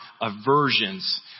aversions